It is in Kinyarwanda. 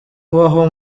ubaho